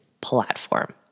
platform